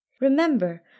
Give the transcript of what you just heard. Remember